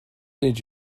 did